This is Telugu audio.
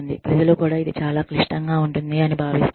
ప్రజలు కూడా ఇది చాలా క్లిష్టంగా ఉంటుంది అని భావిస్తారు